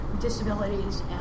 disabilities